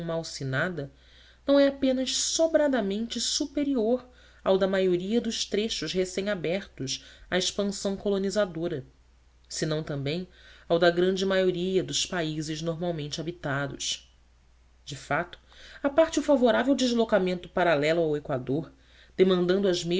malsinada não é apenas sobradamente superior ao da maioria dos trechos recémabertos à expansão colonizadora senão também ao da grande maioria dos países normalmente habitados de fato à parte o favorável deslocamento paralelo ao equador demandando as